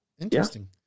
Interesting